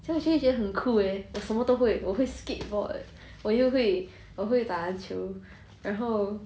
我会觉得很 cool eh 我什么都会我会 skateboard 我又会我会打球然后